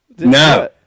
No